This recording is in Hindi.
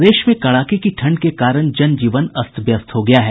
प्रदेश में कड़ाके की ठंड के कारण जनजीवन अस्त व्यस्त हो गया है